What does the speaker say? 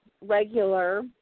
Regular